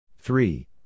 Three